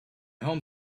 home